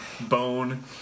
bone